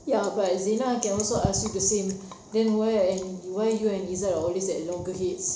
ya but zina can also ask you the same then why and why you and izat is always at loggerheads